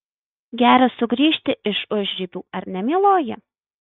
gera sugrįžti iš užribių ar ne mieloji